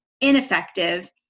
ineffective